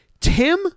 Tim